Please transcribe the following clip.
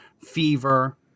fever